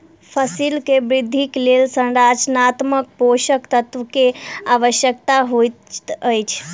फसिल के वृद्धिक लेल संरचनात्मक पोषक तत्व के आवश्यकता होइत अछि